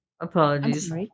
apologies